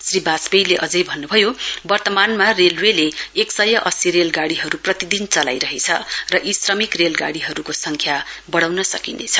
श्री बाजपेयीले अझै भन्न्भयो वर्तमानमा रेलवेले एक सय अस्सी रेलगाड़ीहरू प्रतिदिन चलाइरहेछ र यी श्रमिक रेलगाड़ीहरूको संख्या बढ़ाउन सकिनेछ